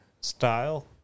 style